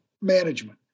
management